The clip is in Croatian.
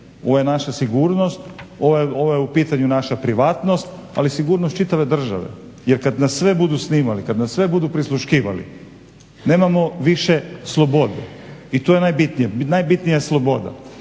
Ovo je naša sigurnost, ovo je u pitanju naša privatnost ali i sigurnost čitave države. Jer kad nas sve budu snimali, kad nas sve budu prisluškivali nemamo više slobodu i to je najbitnije. Najbitnija je sloboda.